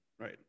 Right